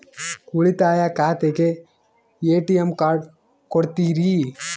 ಉಳಿತಾಯ ಖಾತೆಗೆ ATM card ಕೊಡ್ತೇರಿ?